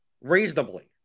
reasonably